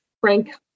Frank